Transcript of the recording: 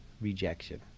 rejection